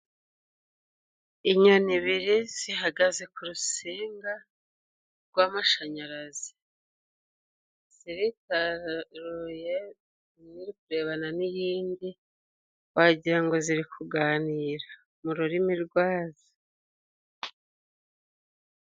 Inyoni ibiri zihagaze ku rusinga rw'amashanyarazi. Ziritaruye imwe iri kurebana n'iyindi, wagira ngo ziri kuganira mu rurimi rwazo.